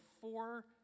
four